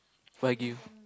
wagyu